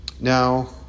Now